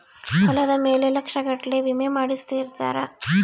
ಹೊಲದ ಮೇಲೆ ಲಕ್ಷ ಗಟ್ಲೇ ವಿಮೆ ಮಾಡ್ಸಿರ್ತಾರ